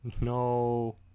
No